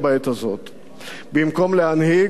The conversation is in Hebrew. במקום להנהיג, ברחת מהכרעה.